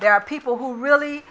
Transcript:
there are people who really